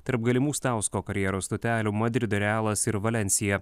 tarp galimų stausko karjeros stotelių madrido realas ir valencija